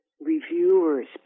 reviewers